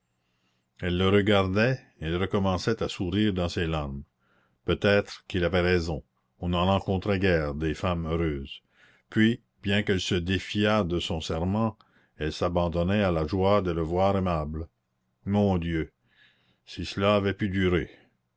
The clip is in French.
elle le regardait elle recommençait à sourire dans ses larmes peut-être qu'il avait raison on n'en rencontrait guère des femmes heureuses puis bien qu'elle se défiât de son serment elle s'abandonnait à la joie de le voir aimable mon dieu si cela avait pu durer